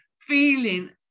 feeling